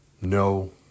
no